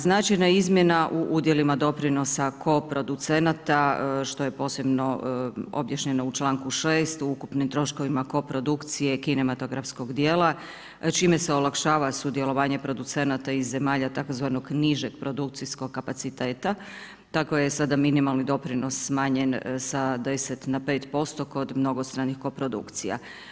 Značajna izmjena u udjelima doprinosa koproducenata što je posebno objašnjeno u članku 6. o ukupnim troškovima koprodukcije kinematografskog djela čime se olakšava sudjelovanje producenata iz zemalja tzv. nižeg produkcijskog kapaciteta, tako je sada minimalni doprinos smanjen sa 10 na 5% kod mnogostranih koprodukcija.